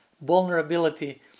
vulnerability